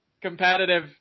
competitive